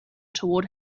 toward